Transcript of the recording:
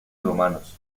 romanos